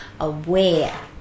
aware